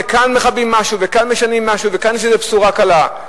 כאן מכבים משהו וכאן משנים משהו וכאן יש איזה בשורה קלה.